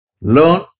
learn